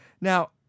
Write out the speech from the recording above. Now